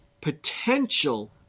potential